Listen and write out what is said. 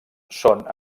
són